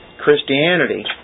Christianity